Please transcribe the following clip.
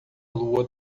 lua